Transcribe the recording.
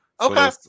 Okay